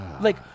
Like-